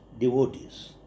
devotees